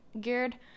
geared